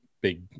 big